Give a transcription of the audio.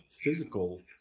physical